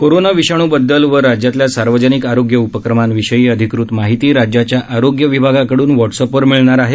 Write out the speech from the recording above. corona विषाणू बददल व राज्यातल्या सार्वजनिक आरोग्य उपक्रमांविषयी अधिकृत माहिती राज्याच्या आरोग्य विभागाकडून व्हॉट्सअपवर मिळणार आहे